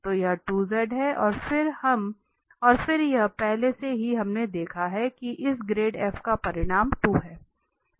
तो यह 2z है और फिर यह पहले से ही हमने देखा है कि इस ग्रेड f का परिमाण 2 है